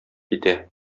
китә